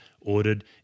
ordered